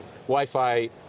Wi-Fi